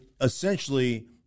essentially